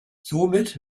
somit